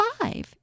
Five